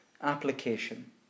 application